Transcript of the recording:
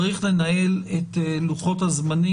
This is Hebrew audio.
צריך לנהל את לוחות הזמנים,